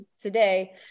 today